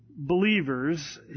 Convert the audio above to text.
Believers